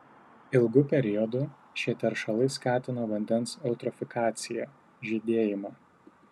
ilgu periodu šie teršalai skatina vandens eutrofikaciją žydėjimą